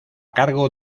cargo